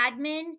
admin